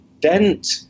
Dent